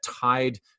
tied